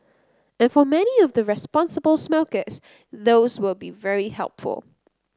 and for many of the responsible smokers those will be very helpful